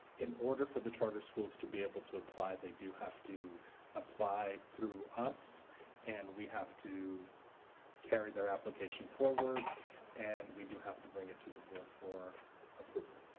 in order for the charter schools to be able to apply they do have to apply through us and we have to carry their application forward and we do have to bring it to the board for approval.